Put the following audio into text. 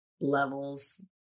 levels